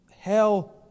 hell